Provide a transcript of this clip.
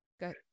Go